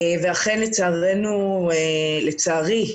אכן, לצערי,